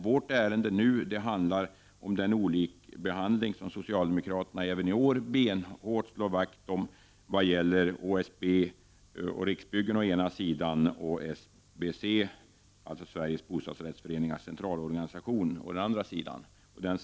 Vårt ärende nu handlar om den brist på likabehandling i fastighetsmäklarlagen som socialdemokraterna även i år benhårt slår vakt om i vad gäller HSB och Riksbyggen å ena sidan och SBC, Sveriges bostadsrättsföreningars centralorganisation, å andra sidan.